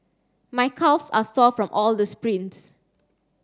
my calves are sore from all the sprints